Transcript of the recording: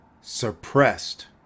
suppressed